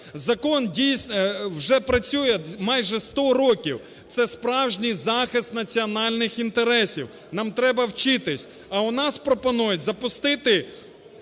Закон вже працює майже сто років. Це справжній захист національних інтересів, нам треба вчитись. А у нас пропонують запустити